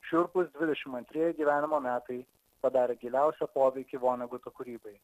šiurpūs dvidešim antrieji gyvenimo metai padarė giliausią poveikį voneguto kūrybai